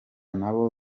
nabo